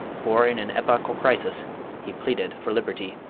for in an epochal crisis he pleaded for liberty.